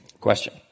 Question